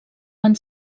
van